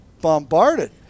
bombarded